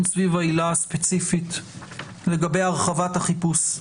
סביב העילה הספציפית לגבי הרחבת החיפוש.